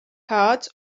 cards